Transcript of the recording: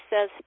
says